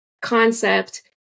concept